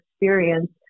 experience